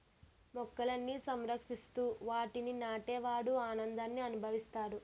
మొక్కలని సంరక్షిస్తూ వాటిని నాటే వాడు ఆనందాన్ని అనుభవిస్తాడు